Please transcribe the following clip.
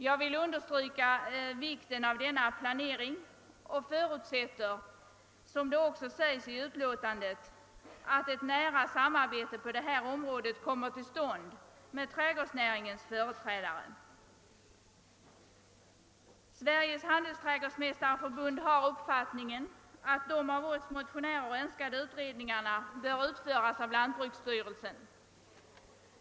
Jag vill understryka vikten av denna planering och förutsätter, som det också sägs i utlåtandet, att ett nära samarbete på det området kommer till stånd med trädgårdsnäringens företrädare. Sveriges handelsträdgårdsmästareförbund har uppfattningen att de av motionärerna önskade utredningarna bör utföras av lantbruksstyrelsen.